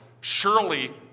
surely